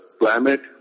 climate